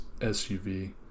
SUV